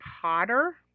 Potter